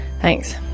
thanks